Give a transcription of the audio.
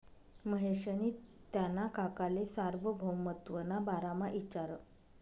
महेशनी त्याना काकाले सार्वभौमत्वना बारामा इचारं